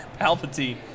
Palpatine